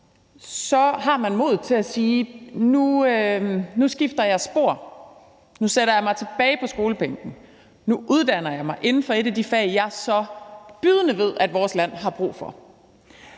modet til at sige: Nu skifter jeg spor; nu sætter jeg mig tilbage på skolebænken; nu uddanner jeg mig inden for et af de fag, som jeg med bydende nødvendighed ved at vores land har brug for.